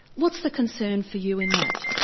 what's the concern for you in that?